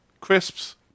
crisps